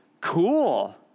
cool